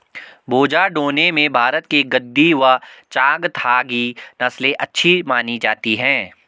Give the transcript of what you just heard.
बोझा ढोने में भारत की गद्दी व चांगथागी नस्ले अच्छी मानी जाती हैं